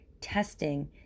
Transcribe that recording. testing